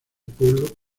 pueblo